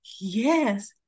Yes